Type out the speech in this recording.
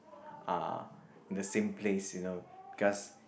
uh the same place you know cause